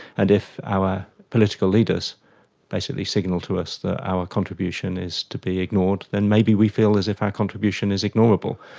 and if our political leaders basically signal to us that our contribution is to be ignored, then maybe we feel as if our contribution is ignorable.